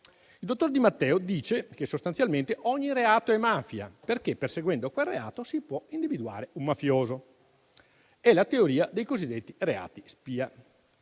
il dottor Di Matteo dice che sostanzialmente ogni reato è mafia, perché perseguendo quel reato si può individuare un mafioso. È la teoria dei cosiddetti reati spia,